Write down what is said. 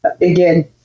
Again